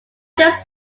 just